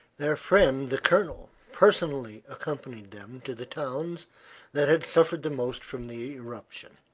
their friend the colonel personally accompanied them to the towns that had suffered the most from the eruption.